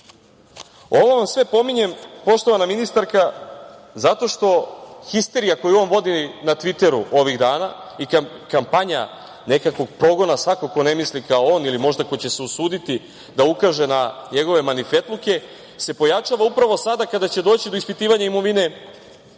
Ho. Ovo vam sve pominjem, poštovana ministarka, zato što histerija koju on vodi na Tviteru ovih dana i kampanja nekakvog progona svakog ko ne misli kao on ili možda ko će se usuditi da ukaže na njegove manifetluke, se pojačava upravo sada kada će doći do ispitivanja imovine